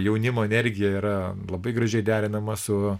jaunimo energija yra labai gražiai derinama su